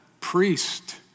priest